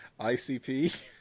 ICP